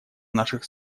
наших